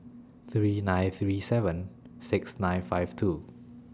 three nine three seven six nine five two